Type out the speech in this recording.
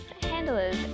handlers